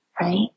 right